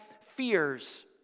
fears